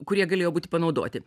kurie galėjo būti panaudoti